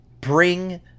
Bring